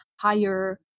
higher